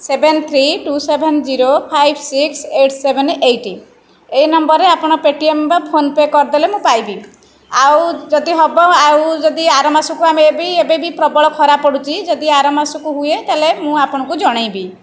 seven three two seven zero five six eight seven eight ଏହି ନମ୍ବରରେ ଆପଣ Paytm ବା ଫୋନପେ' କରିଦେଲେ ମୁଁ ପାଇବି ଆଉ ଯଦି ହେବ ଆଉ ଯଦି ଆର ମାସକୁ ଏବେ ବି ପ୍ରବଳ ଖରା ପଡ଼ୁଛି ଯଦି ଆର ମାସକୁ ହୁଏ ତାହେଲେ ମୁଁ ଆପଣଙ୍କୁ ଜଣେଇବି